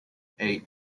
eight